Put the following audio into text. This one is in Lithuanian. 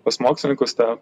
pas mokslininkus ta